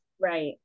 right